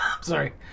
Sorry